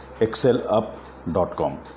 excelup.com